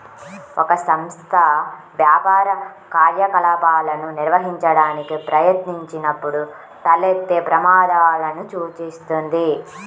ఒక సంస్థ వ్యాపార కార్యకలాపాలను నిర్వహించడానికి ప్రయత్నించినప్పుడు తలెత్తే ప్రమాదాలను సూచిస్తుంది